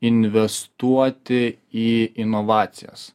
investuoti į inovacijas